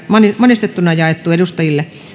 monistettuna jaettu edustajille